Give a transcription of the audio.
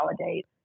validate